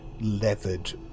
leathered